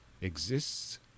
exists